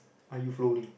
are you following